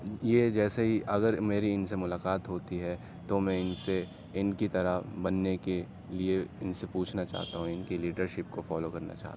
یہ جیسے ہی اگر میری ان سے ملاقات ہوتی ہے تو میں ان سے ان کی طرح بننے کے لیے ان سے پوچھنا چاہتا ہوں ان کی لیڈرشپ کو فالو کرنا چاہتا ہوں